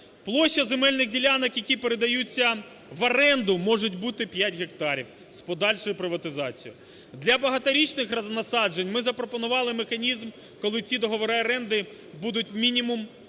Площа земельних ділянок, які передаються в оренду, можуть бути 5 гектарів з подальшою приватизацією. Для багаторічних насаджень ми запропонували механізм, коли ці договори оренди будуть, мінімум,